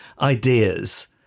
ideas